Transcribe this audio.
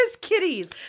kitties